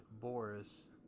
Boris